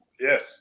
Yes